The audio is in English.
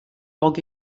log